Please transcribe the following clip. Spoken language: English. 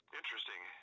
interesting